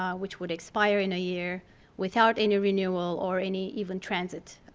um which would expire in a year without any renewal or any even transit